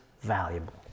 valuable